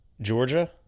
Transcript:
Georgia